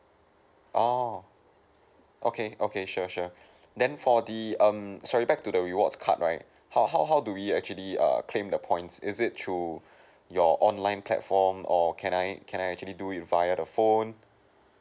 oh okay okay sure sure then for the um sorry back to the rewards card right how how how do we actually err claim the points is it through your online platform or can I can I actually do it via the phone